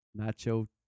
nacho